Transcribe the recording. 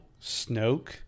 Snoke